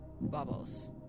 Bubbles